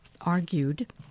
argued